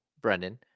Brendan